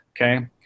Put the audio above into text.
okay